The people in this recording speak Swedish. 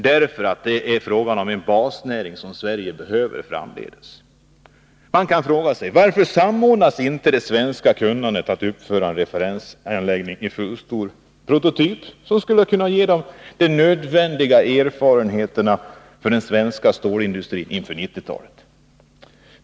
Det är nämligen här fråga om en basnäring, som Sverige behöver framdeles. Man kan fråga sig varför inte det svenska kunnandet att uppföra en referensanläggning, en prototyp, som skulle kunna ge de nödvändiga erfarenheterna för den svenska stålindustrin inför 1990-talet samordnas.